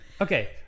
okay